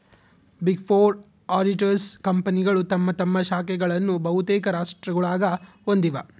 big four auditors ಕಂಪನಿಗಳು ತಮ್ಮ ತಮ್ಮ ಶಾಖೆಗಳನ್ನು ಬಹುತೇಕ ರಾಷ್ಟ್ರಗುಳಾಗ ಹೊಂದಿವ